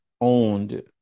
owned